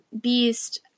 beast